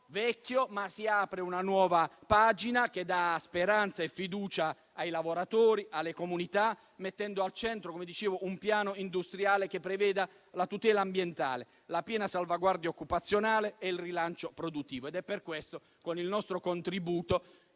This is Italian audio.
vecchio, ma si apre una nuova pagina che dà speranza e fiducia ai lavoratori e alle comunità, mettendo al centro, come dicevo, un piano industriale che preveda la tutela ambientale, la piena salvaguardia occupazionale e il rilancio produttivo. È per questo, con il nostro contributo,